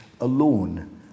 alone